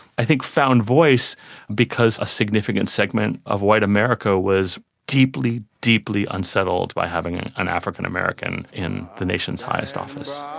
i think found voice because a significant segment of white america was deeply, deeply unsettled by having an african american in the nation's highest office.